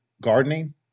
gardening